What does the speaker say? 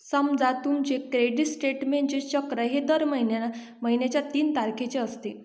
समजा तुमचे क्रेडिट स्टेटमेंटचे चक्र हे दर महिन्याच्या तीन तारखेचे असते